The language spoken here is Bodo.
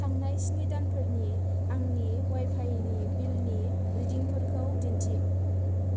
थांनाय स्नि दानफोरनि आंनि अवाइफाइनि बिलनि रिदिंफोरखौ दिन्थि